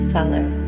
Seller